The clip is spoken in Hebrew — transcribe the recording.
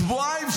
שבועיים,